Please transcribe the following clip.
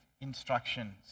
instructions